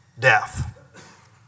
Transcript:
death